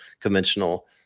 conventional